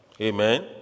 Amen